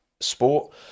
sport